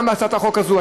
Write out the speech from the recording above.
גם בהצעת החוק הזאת,